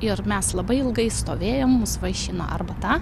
ir mes labai ilgai stovėjom mus vaišino arbata